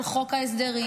על חוק ההסדרים,